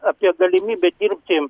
apie galimybę dirbti